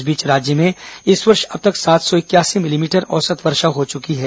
इस बीच राज्य में इस वर्ष अब तक सात सौ इकयासी मिलीमीटर औसत वर्षा हो चुकी है